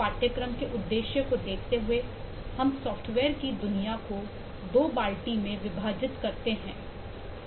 पाठ्यक्रम के उद्देश्य को देखते हुए हम सॉफ्टवेयर की दुनिया को दो बाल्टी में विभाजित करते हैं